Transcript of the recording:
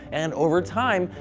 and over time,